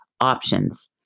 options